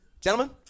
gentlemen